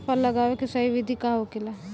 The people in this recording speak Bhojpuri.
फल लगावे के सही विधि का होखेला?